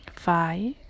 Five